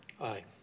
Aye